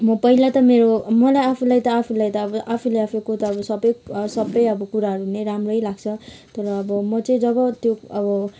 म पहिला त मेरो मलाई आफूलाई त आफूलाई त अब आफूलाई आफूको त अब सबै कुराहरू नै राम्रै लाग्छ तर म चाहिँ जब त्यो अब